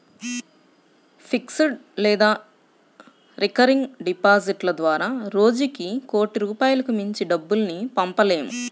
fixed లేదా recurring డిపాజిట్ల ద్వారా రోజుకి కోటి రూపాయలకు మించి డబ్బుల్ని పంపలేము